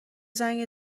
زنگ